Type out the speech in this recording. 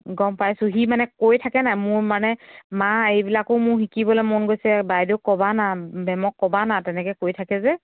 গম পাইছোঁ সি মানে কৈ থাকে নাই মোৰ মানে মা এইবিলাকো মোৰ শিকিবলৈ মন গৈছে বাইদেউক ক'বানা মেমক ক'বানা তেনেকৈ কৈ থাকে যে